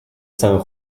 san